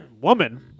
Woman